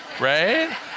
right